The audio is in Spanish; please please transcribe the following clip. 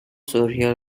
surgió